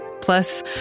plus